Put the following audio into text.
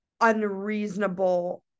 unreasonable